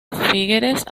figueres